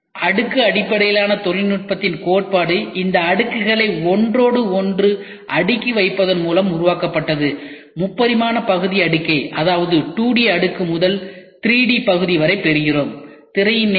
அடுக்கு அடிப்படையிலான தொழில்நுட்பத்தின் கோட்பாடு இந்த அடுக்குகளை ஒன்றோடொன்று அடுக்கி வைப்பதன் மூலம் உருவாக்கப்பட்டது முப்பரிமாண பகுதி அடுக்கை அதாவது 2D அடுக்கு முதல் 3D பகுதி வரை பெறுகிறோம்